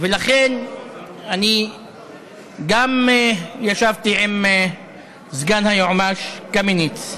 לכן גם ישבתי עם סגן היועמ"ש קמיניץ,